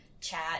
chat